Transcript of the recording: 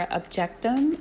objectum